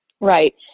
Right